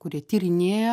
kurie tyrinėja